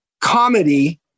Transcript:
comedy